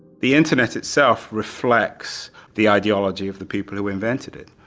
the internet itself reflects the ideology of the people who invented it,